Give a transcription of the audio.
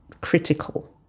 critical